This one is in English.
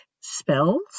spells